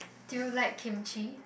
do you like kimchi